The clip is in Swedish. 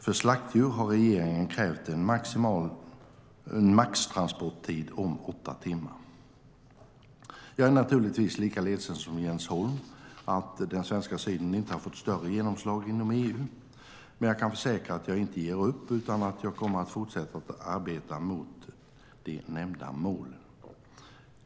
För slaktdjur har regeringen krävt en maxtransporttid om åtta timmar. Jag är naturligtvis lika ledsen som Jens Holm för att den svenska synen inte har fått större genomslag inom EU. Men jag kan försäkra att jag inte ger upp, utan att jag kommer att fortsätta att arbeta i riktning mot de nämnda målen.